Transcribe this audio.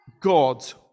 God